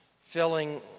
filling